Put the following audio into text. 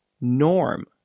norm